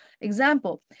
example